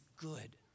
good